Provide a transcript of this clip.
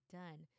done